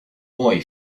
boy